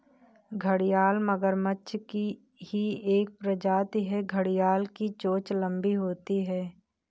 घड़ियाल मगरमच्छ की ही एक प्रजाति है घड़ियाल की चोंच लंबी होती है